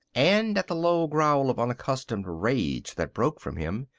and at the low growl of unaccustomed rage that broke from him,